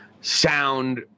sound